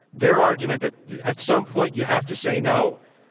their argument that at some point you have to say no,